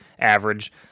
average